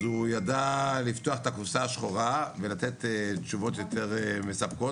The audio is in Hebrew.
אז הוא ידע לפתוח את הקופסא השחורה ולתת תשובות יותר מספקות